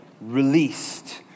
released